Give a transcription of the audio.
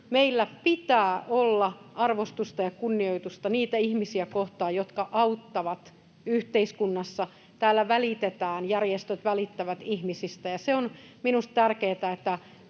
Meillä pitää olla arvostusta ja kunnioitusta niitä ihmisiä kohtaan, jotka auttavat yhteiskunnassa. Täällä välitetään, järjestöt välittävät ihmisistä, ja se on minusta tärkeätä,